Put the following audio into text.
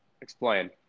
Explain